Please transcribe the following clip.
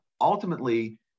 Ultimately